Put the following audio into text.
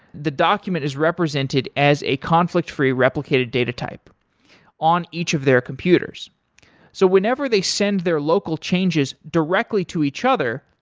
the document is represented as a conflict-free replicated data type on each of their computers so whenever they send their local changes directly to each other,